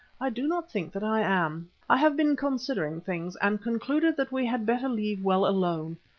i do not think that i am. i have been considering things, and concluded that we had better leave well alone.